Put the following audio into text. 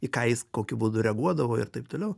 į ką jis kokiu būdu reaguodavo ir taip toliau